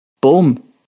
boom